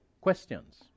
Questions